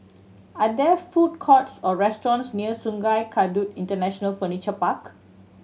are there food courts or restaurants near Sungei Kadut International Furniture Park